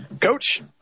Coach